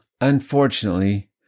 unfortunately